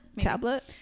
Tablet